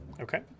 Okay